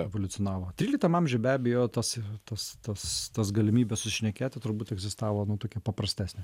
evoliucionavo tryliktam amžiuj be abejo tos tos tos tos galimybės susišnekėti turbūt egzistavo nu tokia paprastesnė